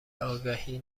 آگهی